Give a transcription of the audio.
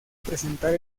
presentar